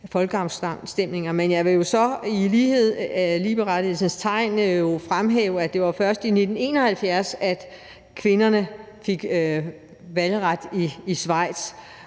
folkeafstemninger, men jeg vil jo så i lighedens og ligeberettigelsens tegn fremhæve, at det først var i 1971, at kvinderne fik valgret i Schweiz.